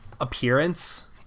appearance